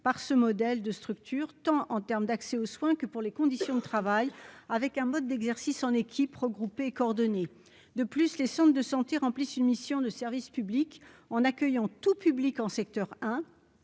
par ce modèle de structure, tant en termes d'accès aux soins que pour les conditions de travail, avec un mode d'exercice en équipe regroupée coordonnées de plus, les centres de santé remplissent une mission de service public en accueillant tout public en secteur 1